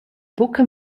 buca